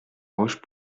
roche